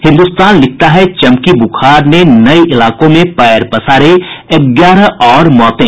हिन्दुस्तान लिखता है चमकी बुखार ने नये इलाकों में पैर पसारे ग्यारह और मौतें